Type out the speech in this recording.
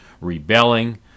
rebelling